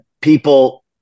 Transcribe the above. people